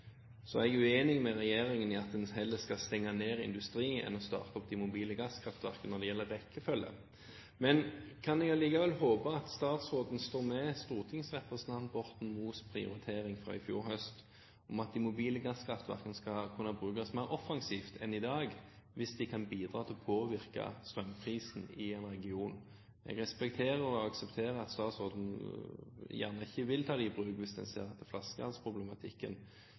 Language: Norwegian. Så har regjeringen selv tidligere valgt å ha mobile gasskraftverk som en viktig del av beredskapen sin. Jeg er uenig med regjeringen i rekkefølgen, at en heller skal stenge ned industri enn å starte opp de mobile gasskraftverkene. Men kan jeg allikevel håpe at statsråden står ved stortingsrepresentant Borten Moes prioritering fra i fjor høst, om at de mobile gasskraftverkene skal kunne brukes mer offensivt enn i dag hvis de kan bidra til å påvirke strømprisene i en region? Jeg respekterer og aksepterer at statsråden helst ikke vil ta dem i bruk hvis en